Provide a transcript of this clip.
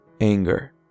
anger